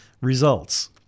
results